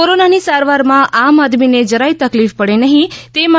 કોરોનાની સારવારમાં આમઆદમીને જરાય તકલીફ પડે નહીં તે માટે